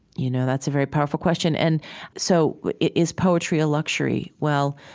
you know that's a very powerful question. and so is poetry a luxury? well,